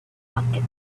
bucket